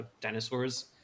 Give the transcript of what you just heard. dinosaurs